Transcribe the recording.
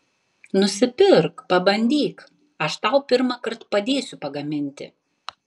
nusipirk pabandyk aš tau pirmąkart padėsiu pagaminti